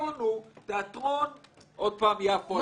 עוד פעם תיאטרון יפו.